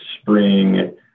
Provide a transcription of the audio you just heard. spring